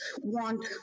want